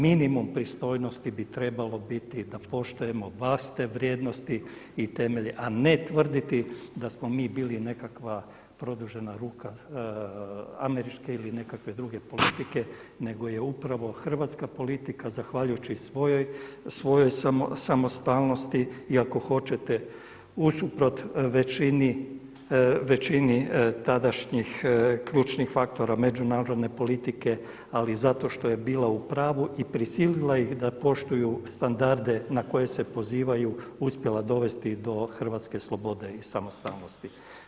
Minimum pristojnosti bi trebalo biti da poštujemo vlastite vrijednosti i temelje, a ne tvrditi da smo mi bili nekakav produžena ruka američke ili nekakve druge politike nego je upravo hrvatska politika zahvaljujući svojoj samostalnosti i ako hoćete usuprot većini tadašnjih ključnih faktora međunarodne politike, ali zato što je bila u pravu i prisila ih da poštuju standarde na koje se pozivaju uspjela dovesti do hrvatske slobode i samostalnosti.